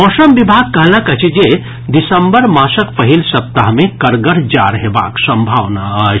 मौसम विभाग कहलक अछि जे दिसंबर मासक पहिल सप्ताह मे कड़गर जाड़ हेबाक संभावना अछि